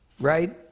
right